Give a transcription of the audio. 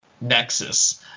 Nexus